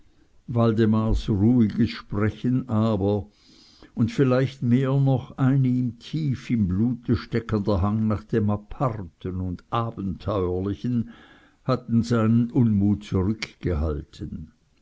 waldemars ruhiges sprechen aber und vielleicht mehr noch ein ihm tief im blute steckender hang nach dem aparten und abenteuerlichen hatte seinen unmut zurückgehalten